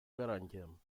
гарантиям